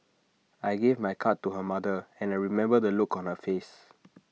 I gave my card to her mother and I remember the look on her face